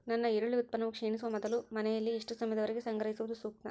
ನನ್ನ ಈರುಳ್ಳಿ ಉತ್ಪನ್ನವು ಕ್ಷೇಣಿಸುವ ಮೊದಲು ಮನೆಯಲ್ಲಿ ಎಷ್ಟು ಸಮಯದವರೆಗೆ ಸಂಗ್ರಹಿಸುವುದು ಸೂಕ್ತ?